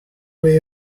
way